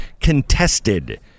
Contested